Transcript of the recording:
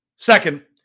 Second